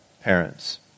parents